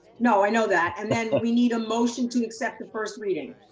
no, i know that. and then but we need a motion to accept the first reading.